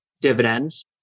dividends